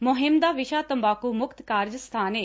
ਮੁਹਿਮ ਦਾ ਵਿਸ਼ਾ ਤੰਬਾਕੁ ਮੁਕਤ ਕਾਰਜ ਸਥਾਨ ਏ